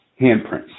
handprints